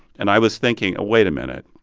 and i was thinking, wait a minute.